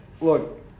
Look